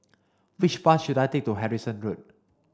which bus should I take to Harrison Road